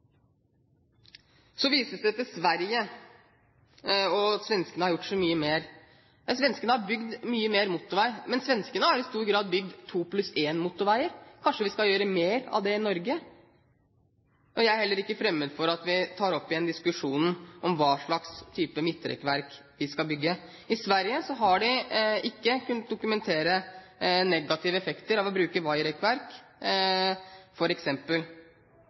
Så vises det til Sverige og at svenskene har gjort så mye mer. Ja, svenskene har bygd mye mer motorvei, men de har i stor grad bygd to-pluss-en-motorveier. Kanskje vi skal gjøre mer av det i Norge? Jeg er heller ikke fremmed for at vi tar opp igjen diskusjonen om hva slags type midtrekkverk vi skal bygge. I Sverige har de ikke kunnet dokumentere negative effekter ved å bruke